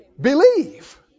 Believe